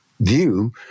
view